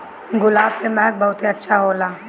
गुलाब के महक बहुते अच्छा होला